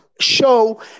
Show